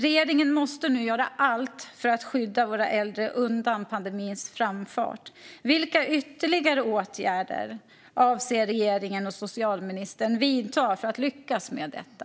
Regeringen måste nu göra allt för att skydda våra äldre undan pandemins framfart. Vilka ytterligare åtgärder avser regeringen och socialministern att vidta för att lyckas med detta?